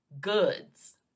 goods